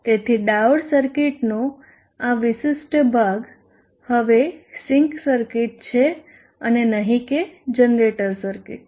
તેથી ડાયોડ સર્કિટનો આ વિશિષ્ટ ભાગ હવે સિંક સર્કિટ છે અને નહીં કે જનરેટર સર્કિટ